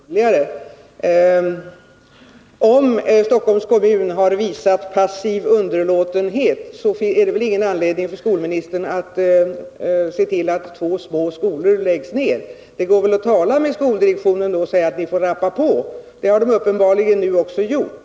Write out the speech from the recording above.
Herr talman! Jag tycker att argumenteringen blir underligare och underligare. Om Stockholms kommun har visat passiv underlåtenhet, finns det väl ingen anledning för skolministern att se till att två små skolor läggs ner. Det går väl att tala med skoldirektionen och säga till den att rappa på. Det har den uppenbarligen nu också gjort.